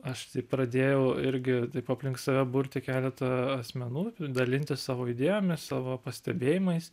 aš pradėjau irgi taip aplink save burti keletą asmenų dalintis savo idėjomis savo pastebėjimais